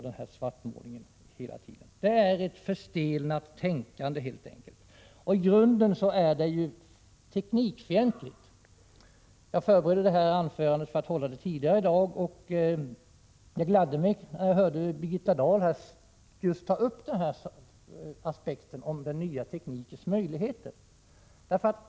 Det är helt enkelt fråga om ett förstelnat tänkande, som i grunden är teknikfientligt. Jag förberedde det här anförandet för att hålla det tidigare i dag. Nu kan jag säga att det gladde mig när jag hörde att Birgitta Dahl just tog upp aspekten med den nya teknikens möjligheter.